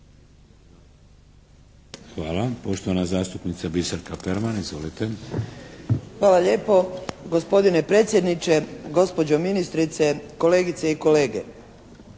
Hvala. Poštovana zastupnica Biserka Perman. Izvolite. **Perman, Biserka (SDP)** Hvala lijepo. Gospodine predsjedniče, gospođo ministrice, kolegice i kolege!